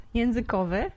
językowy